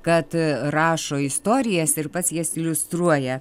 kad rašo istorijas ir pats jas iliustruoja